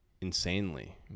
insanely